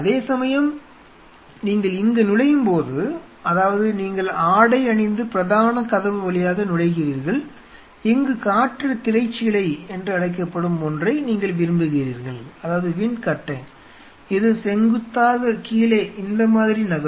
அதேசமயம் நீங்கள் இங்கு நுழையும்போது அதாவது நீங்கள் ஆடை அணிந்து பிரதான கதவு வழியாக நுழைகிறீர்கள் இங்கு காற்றுத் திரைச்சீலை என்று அழைக்கப்படும் ஒன்றை நீங்கள் விரும்புகிறீர்கள் இது செங்குத்தாக கீழே இந்த மாதிரி நகரும்